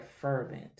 fervent